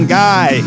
guy